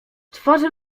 twarzy